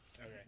Okay